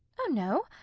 oh no!